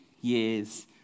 years